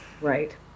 right